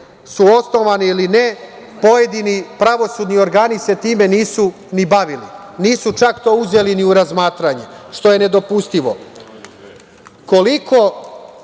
su osnovane ili ne, pojedini pravosudni organi se time nisu ni bavili. Nisu čak to uzeli ni u razmatranje, što je nedopustivo. Koliko